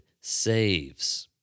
saves